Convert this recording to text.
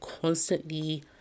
constantly